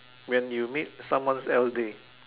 when you make someone's else day